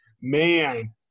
Man